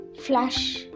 flash